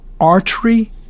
Archery